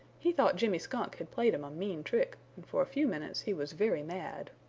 he thought jimmy skunk had played him a mean trick and for a few minutes he was very mad.